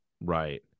Right